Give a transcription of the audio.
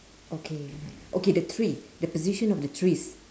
okay okay the tree the position of the trees